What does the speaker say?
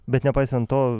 bet nepaisant to